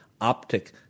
optic